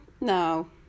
no